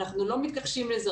אנחנו לא מתכחשים לזה,